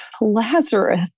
Lazarus